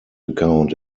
account